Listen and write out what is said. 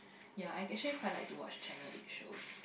ya I actually quite like to watch channel eight shows